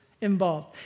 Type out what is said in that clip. involved